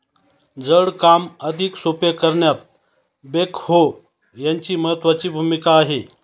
जड काम अधिक सोपे करण्यात बेक्हो यांची महत्त्वाची भूमिका आहे